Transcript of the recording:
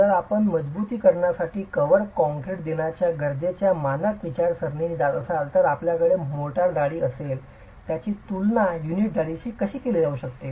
तर जर आपण मजबुतीकरणासाठी कव्हर काँक्रीट देण्याच्या गरजेच्या मानक विचारसरणीने जात असाल तर आपल्याकडे मोर्टार जाडी असेल ज्याची तुलना युनिट जाडीशी केली जाऊ शकते